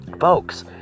Folks